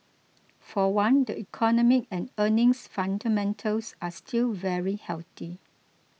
for one the economic and earnings fundamentals are still very healthy